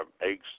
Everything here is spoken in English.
eggs